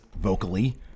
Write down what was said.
vocally